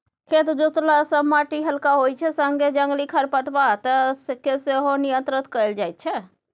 खेत जोतला सँ माटि हलका होइ छै संगे जंगली खरपात केँ सेहो नियंत्रण कएल जाइत छै